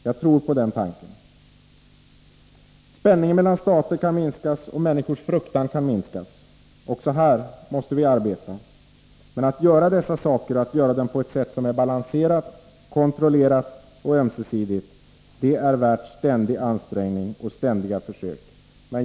Jag tror på den tanken. Spänningen mellan stater kan minskas, och människors fruktan kan minskas. Också här måste vi arbeta vidare. Men att göra dessa saker, och att göra det på ett sätt som är balanserat, kontrollerat och ömsesidigt, är värt ständiga ansträngningar och ständiga försök.